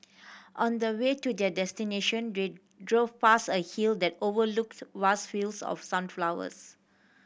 on the way to their destination they drove past a hill that overlooked vast fields of sunflowers